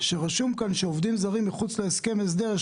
שרשום כאן שעובדים זרים מחוץ להסכם הסדר,